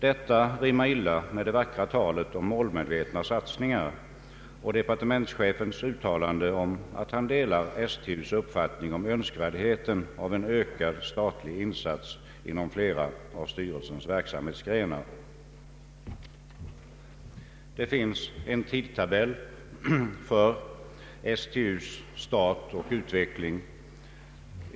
Detta rimmar illa med det vackra talet om målmedvetna satsningar och departementschefens uttalande om att han delar STU:s uppfattning om önskvärdheten av en ökad statlig insats inom flera av styrelsens verksamhetsgrenar. Det finns en tidtabell för STU:s stat och utveckling.